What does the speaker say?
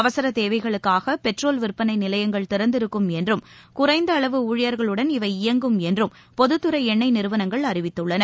அவசரதேவைகளுக்காகபெட்ரோல் விற்பனைநிலையங்கள் திறந்திருக்கும் என்றும் குறைந்தஅளவு ஊழியர்களுடன் இவை இயங்கும் என்றும் பொதத்துறைஎண்ணெய் நிறுவனங்கள் அறிவித்துள்ளன